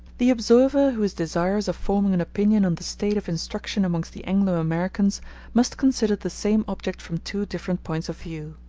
the observer who is desirous of forming an opinion on the state of instruction amongst the anglo-americans must consider the same object from two different points of view.